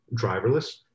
driverless